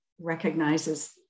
recognizes